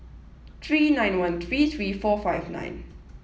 three nine one three three four five nine